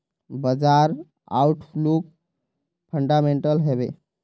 बाजार outlook fundamental हैवै?